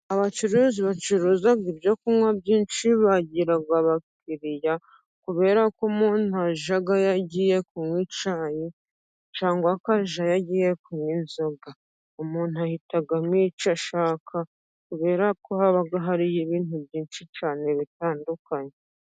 Abacuruzi bacuruza ibyo kunywa byinshi bagira abakiriya, kubera ko umuntu ajyayo agiye kunywa icyayi cyangwa akajyayo agiye kunywa inzoga, umuntu ahitamo icyo ashaka kubera ko haba hari ibintu byinshi cyane bitandukanye.